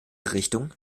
richtung